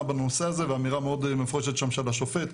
בנושא הזה ואמירה מאוד מפורשת של השופט שם.